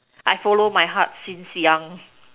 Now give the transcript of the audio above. I follow my heart since young